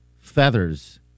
feathers